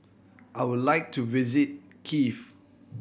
I would like to visit Kiev